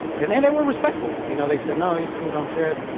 and and they were respectful, you know they said, no, it's cool. don't trip.